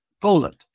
Poland